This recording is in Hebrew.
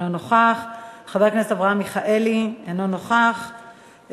אינו נוכח,